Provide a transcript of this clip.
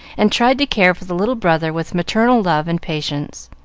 and tried to care for the little brother with maternal love and patience.